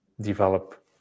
develop